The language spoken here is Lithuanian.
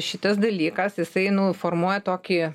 šitas dalykas jisai nu formuoja tokį